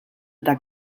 eta